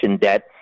debt